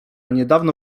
niedawno